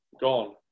gone